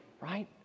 right